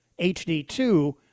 HD2